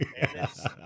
Yes